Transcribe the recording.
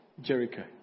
Jericho